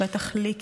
בטח לי,